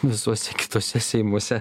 visuose kituose seimuose